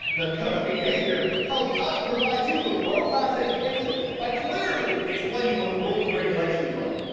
the code of behavior helps us provide you with a world class education by clearly explaining what the rules and regulations are.